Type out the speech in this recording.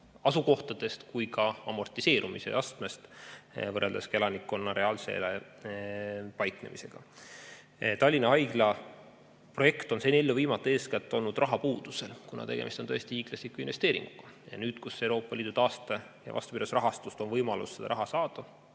asukohtadest kui ka amortiseerumise astmest võrreldes elanikkonna reaalse paiknemisega. Tallinna Haigla projekt on olnud seni ellu viimata eeskätt rahapuuduse tõttu. Tegemist on tõesti hiiglasliku investeeringuga. Ja nüüd, kui Euroopa Liidu taaste- ja vastupidavusrahastust on võimalus raha saada,